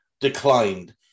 declined